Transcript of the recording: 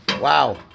Wow